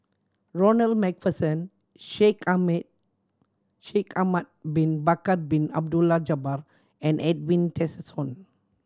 Ronald Macpherson Shaikh Shaikh Ahmad Bin Bakar Bin Abdullah Jabbar and Edwin Tessensohn